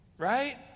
Right